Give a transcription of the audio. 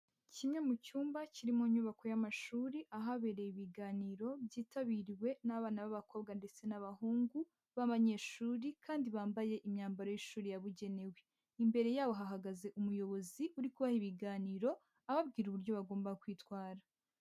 Kimwe mu cyumba kiri mu nyubako y'amashuri, ahabereye ibiganiro byitabiriwe n'abana b'abakobwa ndetse n'abahungu b'abanyeshuri kandi bambaye imyambaro y'ishuri yabugenewe. Imbere ye hahagaze umuyobozi uri kubaha ibiganiro ababwira uburyo bagomba kwitwara.